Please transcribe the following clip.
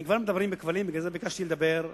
אם מדברים בכבלים, בגלל זה ביקשתי לדבר,